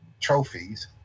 trophies